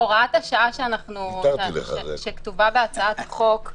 הוראת השעה שכתובה בהצעת החוק,